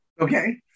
Okay